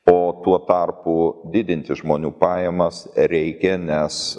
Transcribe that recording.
o tuo tarpu didinti žmonių pajamas reikia nes